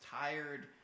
tired